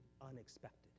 unexpected